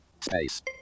space